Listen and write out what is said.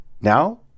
Now